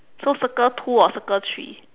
so circle two or circle three